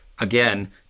again